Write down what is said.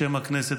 בשם הכנסת,